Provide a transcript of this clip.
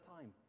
time